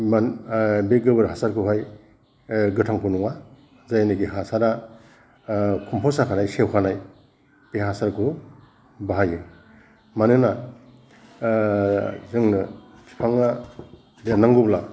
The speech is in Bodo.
बे गोबोर हासारखौहाय गोथांखौ नङा जायनेखि हासारआ कमपस्ट जाखानाय सेवखानाय बे हासारखौ बाहायो मानोना जोंनो बिफाङा देरनांगौब्ला